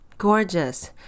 Gorgeous